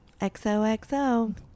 XOXO